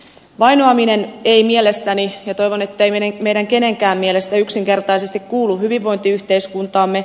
vainoaminen ei mielestäni ja toivon ettei meistä kenenkään mielestä yksinkertaisesti kuulu hyvinvointiyhteiskuntaamme